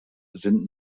sind